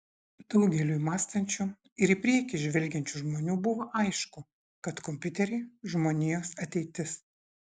daugeliui mąstančių ir į priekį žvelgiančių žmonių buvo aišku kad kompiuteriai žmonijos ateitis